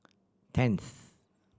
tenth